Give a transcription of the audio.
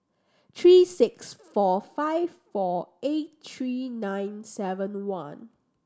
three six four five four eight three nine seven one